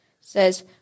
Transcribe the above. says